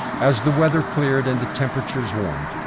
as the weather cleared and the temperatures warmed,